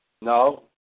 No